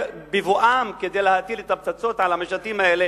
בבואם להטיל את הפצצות על המשטים האלה,